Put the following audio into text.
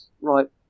right